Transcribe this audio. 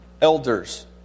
Elders